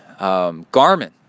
garmin